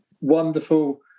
wonderful